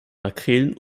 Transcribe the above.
makrelen